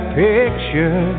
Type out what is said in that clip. picture